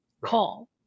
call